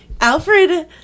Alfred